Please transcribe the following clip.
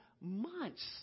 months